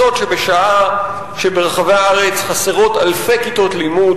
זאת בשעה שברחבי הארץ חסרות אלפי כיתות לימוד,